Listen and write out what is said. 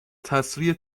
تسریع